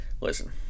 Listen